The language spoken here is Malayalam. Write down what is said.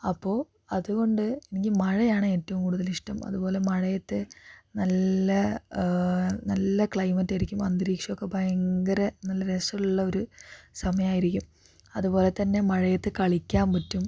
അപ്പോൾ അതുകൊണ്ട് എനിക്ക് മഴയാണ് ഏറ്റവും കൂടുതൽ ഇഷ്ട്ടം അതുപോലെ മഴയത്ത് നല്ല നല്ല ക്ലൈമറ്റായിരിക്കും അന്തരീക്ഷോക്കെ ഭയങ്കര നല്ല രസമുള്ള ഒരു സമയായിരിക്കും അതുപോലെ തന്നെ മഴയത്ത് കളിക്കാൻ പറ്റും